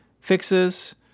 fixes